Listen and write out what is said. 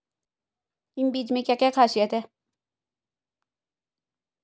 इन बीज में क्या क्या ख़ासियत है?